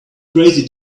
crazy